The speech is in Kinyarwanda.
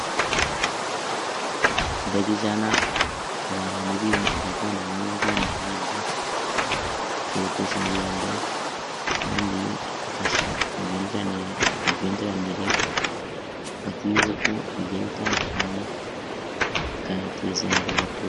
Indege ijyana abantu ni ibintu ibavana hamwe ibajyana ahandi, ikihutisha ingendo kandi igafasha imigenderanire hagati y'ibihugu bigiye bitandukanye, ikanateza imbere abaturage.